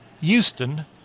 Houston